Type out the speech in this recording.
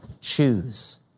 choose